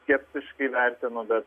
skeptiškai vertinu bet